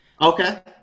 Okay